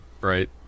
Right